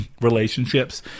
relationships